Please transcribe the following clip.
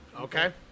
Okay